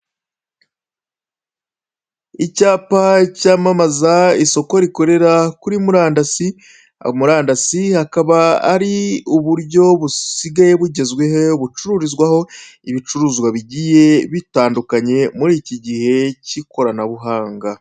Icyapa cyamamaza isoko rikorera kuri murandasi, murandasi akaba ari uburyo busigaye bugezweho bucururizwaho ibicuruzwa bigiye bitandukanye muri iki gihe cy'ikoranabuhanga.